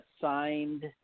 signed